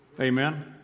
Amen